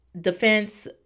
defense